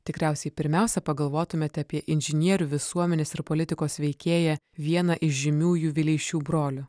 tikriausiai pirmiausia pagalvotumėte apie inžinierių visuomenės ir politikos veikėją vieną iš žymiųjų vileišių brolių